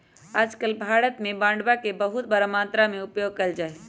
आजकल भारत में बांडवा के बहुत बड़ा मात्रा में उपयोग कइल जाहई